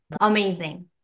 Amazing